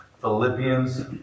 Philippians